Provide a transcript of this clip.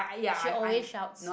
she always shouts